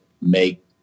make